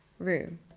Room